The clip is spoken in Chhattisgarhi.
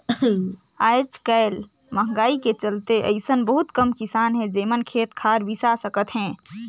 आयज कायल मंहगाई के चलते अइसन बहुत कम किसान हे जेमन खेत खार बिसा सकत हे